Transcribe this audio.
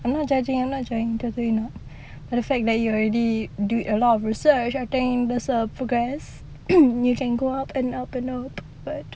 I'm not judging I'm not trying to do it now but the fact that you already did a lot of research and thing it's a progress you can go up and up and up but